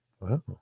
Wow